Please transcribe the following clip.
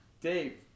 Dave